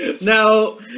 Now